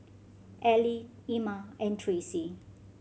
Ellie Ima and Tracey